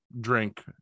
drink